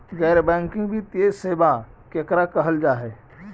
गैर बैंकिंग वित्तीय सेबा केकरा कहल जा है?